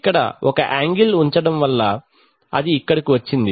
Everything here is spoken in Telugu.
ఇక్కడ ఒక యాంగిల్ ఉండడం వలన అది ఇక్కడకు వచ్చి ఉంది